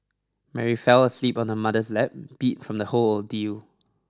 Mary fell asleep on her mother's lap beat from the whole ordeal